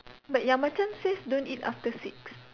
but ya don't eat after six